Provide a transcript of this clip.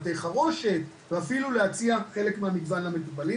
בתי חרושת ואפילו להציע חלק מהמגוון למטופלים